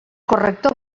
corrector